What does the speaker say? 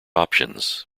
options